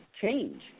change